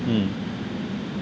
mm